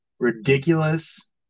ridiculous